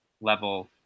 level